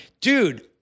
dude